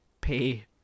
pay